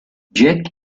jack